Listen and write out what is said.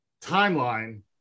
timeline